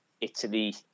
Italy